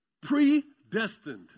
Predestined